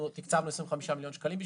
הקצנו לכך 25 מיליוני שקלים.